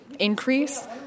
increase